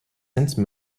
since